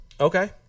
Okay